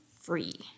free